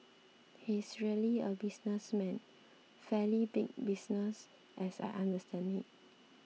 he's really a businessman fairly big business as I understand it